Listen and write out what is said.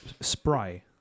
Spry